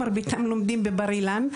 מרביתם לומדים בבר אילן,